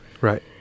Right